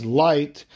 light